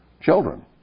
children